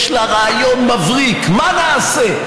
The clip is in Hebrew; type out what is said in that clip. יש לה רעיון מבריק מה נעשה,